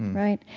right?